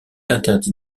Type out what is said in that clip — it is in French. interdit